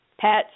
pets